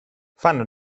fanno